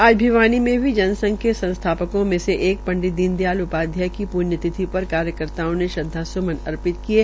आज भिवानी में भी जनसंघ के संस्थापकों में से एक पंडित दीन दयाल उपाध्याय की पृण्यतिथि पर कार्यकर्ताओं ने श्रदवास्मन अर्पित किये